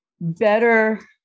better